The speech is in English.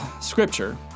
scripture